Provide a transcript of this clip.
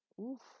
Oof